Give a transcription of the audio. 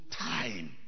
time